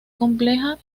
compleja